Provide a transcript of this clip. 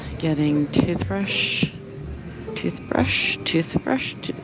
getting toothbrush toothbrush, toothbrush,